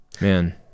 Man